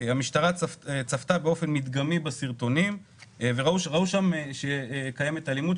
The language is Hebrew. המשטרה צפתה באופן מדגמי בסרטונים וראו שם שקיימת אלימות,